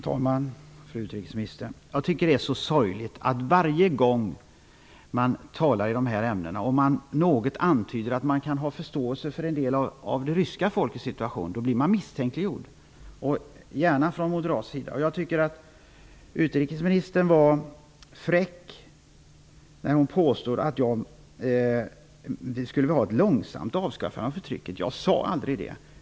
Herr talman! Jag tycker, fru utrikesminister, att det är så sorgligt att om man i en diskussion i dessa ämnen litet antyder att man kan ha förståelse för en del av det ryska folkets situation så blir man misstänkliggjord, särskilt från moderat håll. Jag tycker att utrikesministern var fräck när hon påstod att jag var för ett långsamt avskaffande av förtrycket. Det har jag aldrig sagt.